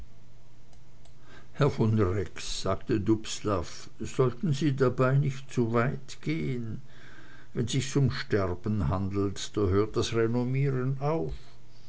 herr von rex sagte dubslav sollten sie dabei nicht zu weit gehen wenn sich's ums sterben handelt da hört das renommieren auf